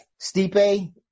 Stipe